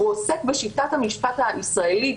הוא עוסק בשיטת המשפט הישראלית,